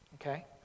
Okay